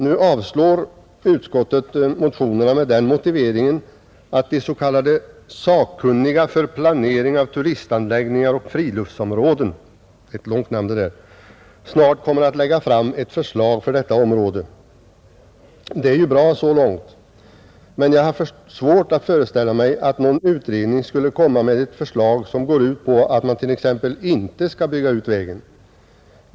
Utskottet har avstyrkt motionen med den motiveringen att de sakkunniga för planering av turistanläggningar och friluftsområden m.m. snart kommer att lägga fram förslag för detta område. Så långt är det ju bra, men jag har svårt att föreställa mig att någon utredning skulle lägga fram ett förslag, som går ut på att man t.ex. inte skall bygga ut vägen.